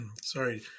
sorry